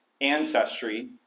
ancestry